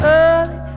early